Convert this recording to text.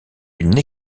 une